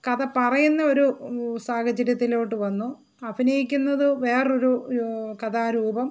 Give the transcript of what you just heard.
കഥ പറയുന്ന ഒരു സാഹചര്യത്തിലോട്ടു വന്നു അഭിനയിക്കുന്നത് വേറെ ഒരു കഥാരൂപം